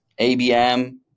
ABM